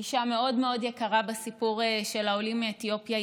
היא אישה מאוד מאוד יקרה בסיפור של העולים מאתיופיה.